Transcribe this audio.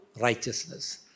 righteousness